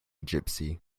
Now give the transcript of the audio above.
gipsy